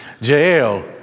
Jael